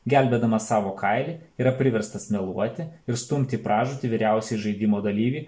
gelbėdamas savo kailį yra priverstas meluoti ir stumti į pražūtį vyriausiąjį žaidimo dalyvį